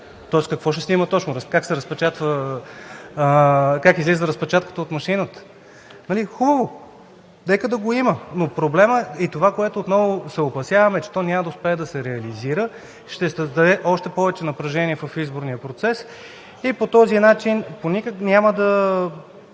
Тоест какво ще снимат точно – как излиза разпечатката от машината?! Хубаво, нека да го има, но проблемът е – отново се опасяваме, че то няма да успее да се реализира, ще създаде повече напрежение в изборния процес и по този начин няма да